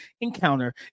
encounter